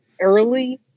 early